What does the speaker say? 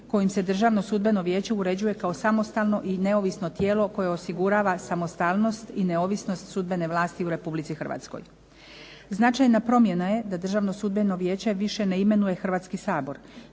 kojim se Državno sudbeno vijeće uređuje kao samostalno i neovisno tijelo koje osigurava samostalnost i neovisnost sudbene vlasti u Republici Hrvatskoj. Značajna promjena je da Državno sudbeno vijeće više ne imenuje Hrvatski sabor,